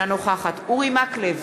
אינה נוכחת אורי מקלב,